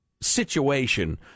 situation